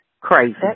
Crazy